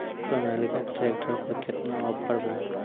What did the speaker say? Sonalika tractor पर केतना offer बा?